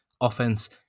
offense